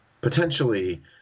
potentially